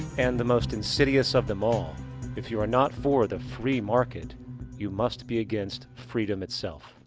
and the most insidious of them all if you are not for the free-market you must be against freedom itself.